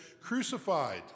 crucified